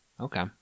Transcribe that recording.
Okay